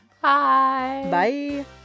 bye